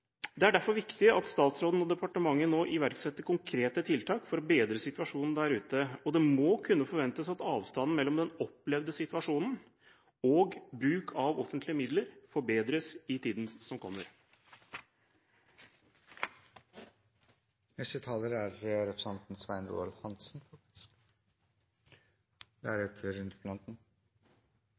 Det er derfor viktig at statsråden og departementet nå iverksetter konkrete tiltak for å bedre situasjonen der ute, og det må kunne forventes at avstanden mellom den opplevde situasjonen og bruken av offentlige midler minsker i tiden som kommer. Våre forsvarspolitiske talsmenn er